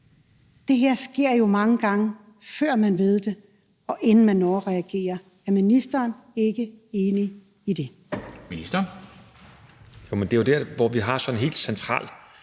Det her sker jo mange gange, før man ved det, og inden man når at reagere. Er ministeren ikke enig i det? Kl. 11:20 Formanden (Henrik Dam Kristensen):